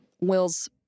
Will's